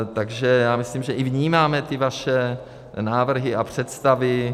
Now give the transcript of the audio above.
Takže já myslím, že i vnímáme ty vaše návrhy a představy.